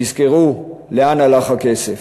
תזכרו לאן הלך הכסף.